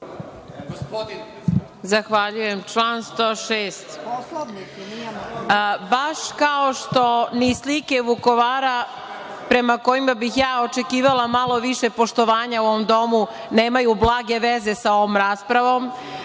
Zahvaljujem. Član 106.Baš kao što ni slike Vukovara, prema kojima bih ja očekivala malo više poštovanja u ovom domu, nemaju blage veze sa ovom raspravom,